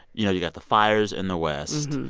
you know, you've got the fires in the west,